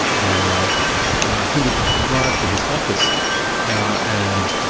and he would drive to his office and